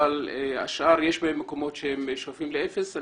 אבל יש מקומות ששואפים לאפס.